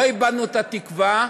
לא איבדנו את התקווה,